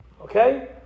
Okay